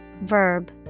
verb